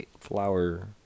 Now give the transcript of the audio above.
flower